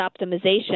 optimization